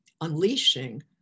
unleashing